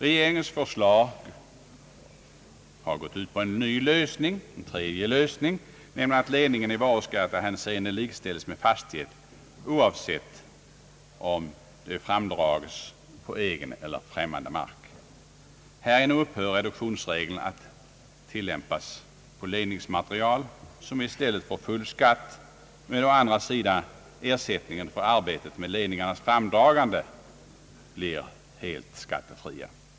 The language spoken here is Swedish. Regeringens förslag har gått ut på en ny och tredje lösning genom att elledningar i varuskattehänseende likställes med fastighet, oavsett om de framdrages på egen eller främmande mark, Härigenom upphör reduktionsregeln att tilllämpas på ledningsmaterial, som i stället beskattas helt, medan å andra sidan ersättningar för arbeten med ledningarnas framdragande blir helt skattefria.